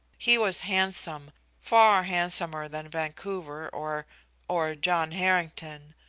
he was handsome far handsomer than vancouver or or john harrington.